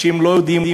שהם לא יודעים,